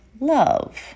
love